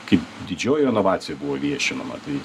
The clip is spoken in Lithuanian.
kaip didžioji renovacija buvo viešinama tai